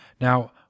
Now